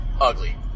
ugly